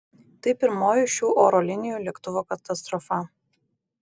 tai pirmoji šių oro linijų lėktuvo katastrofa